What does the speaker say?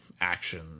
action